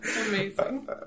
Amazing